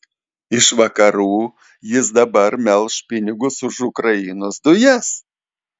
iš vakarų jis dabar melš pinigus už ukrainos dujas